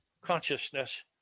consciousness